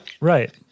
Right